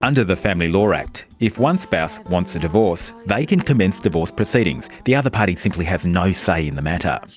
under the family law act, if one spouse wants a divorce they can commence divorce proceedings, the other party simply has no say in the matter.